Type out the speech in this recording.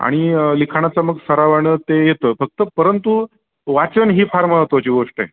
आणि लिखाणाचं मग सरावानं ते येतं फक्त परंतु वाचन ही फार महत्त्वाची गोष्ट आहे